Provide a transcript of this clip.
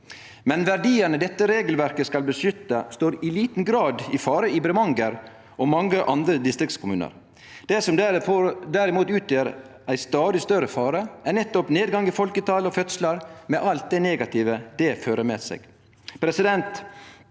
men verdiane dette regelverket skal beskytte, står i liten grad i fare i Bremanger og i mange andre distriktskommunar. Det som derimot utgjer ein stadig større fare, er nettopp nedgangen i folketal og fødslar, med alt det negative det fører med seg.